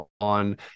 on